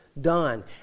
done